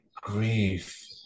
grief